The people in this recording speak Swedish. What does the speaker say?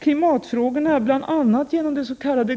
klimatfrågorna arbetar vi bl.a. genom det s.k.